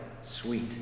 sweet